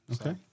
okay